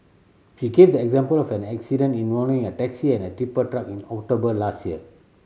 she gave the example of an accident involving a taxi and a tipper truck in October last year